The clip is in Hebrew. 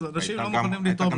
אנשים לא מוכנים לתרום